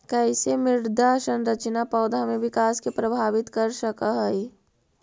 कईसे मृदा संरचना पौधा में विकास के प्रभावित कर सक हई?